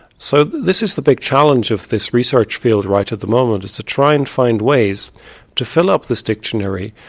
so this is the big challenge of this research field right at the moment, is to try and find ways to fill up this dictionary,